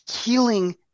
healing